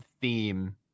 theme